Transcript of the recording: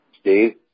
Steve